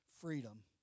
freedom